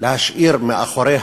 גם אתה,